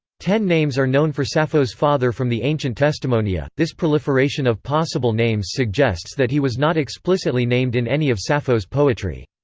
ten names are known for sappho's father from the ancient testimonia this proliferation of possible names suggests that he was not explicitly named in any of sappho's poetry.